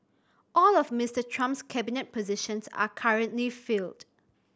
all of Mister Trump's cabinet positions are currently filled